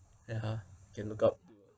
ya can look up to uh